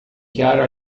chiaro